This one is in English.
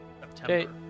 September